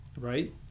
Right